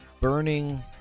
burning